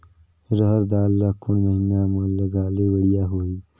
रहर दाल ला कोन महीना म लगाले बढ़िया होही?